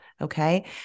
Okay